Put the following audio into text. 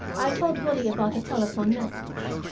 i told willie about the telephone-message.